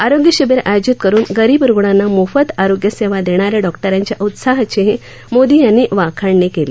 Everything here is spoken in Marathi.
आरोग्य शिबिर आयोजित करून गरीब रुग्णांना मोफत आरोग्य सेवा देणाऱ्या डॉक्टरांच्या उत्साहाचीही मोदी यांनी वाखाणणी केली